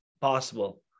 possible